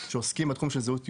שעוסקים בתחום של זהות יהודית.